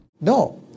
No